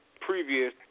previous